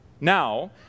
Now